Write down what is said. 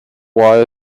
why